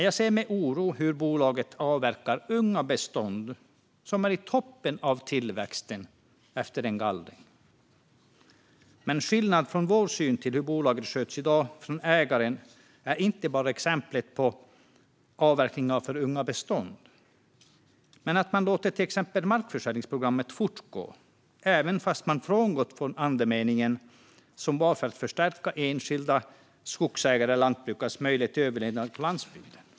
Jag ser med oro på hur bolaget avverkar unga bestånd som är i toppen av tillväxten efter en gallring. Men skillnaden mellan vår syn och hur bolaget sköts i dag av ägaren gäller inte bara exemplet med avverkningar av alltför unga bestånd. Man låter till exempel markförsäljningsprogrammet fortgå, trots att man frångått andemeningen om att förstärka enskilda skogsägares och lantbrukares möjligheter till överlevnad på landsbygden.